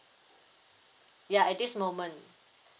ya at this moment